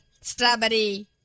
strawberry